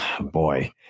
boy